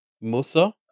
musa